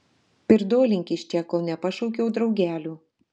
pirdolink iš čia kol nepašaukiau draugelių